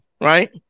right